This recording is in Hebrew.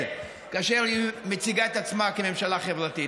כאשר היא מציגה את עצמה כממשלה חברתית.